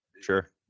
Sure